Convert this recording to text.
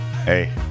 Hey